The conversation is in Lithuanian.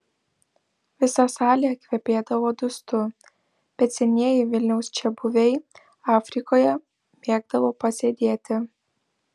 visa salė kvepėdavo dustu bet senieji vilniaus čiabuviai afrikoje mėgdavo pasėdėti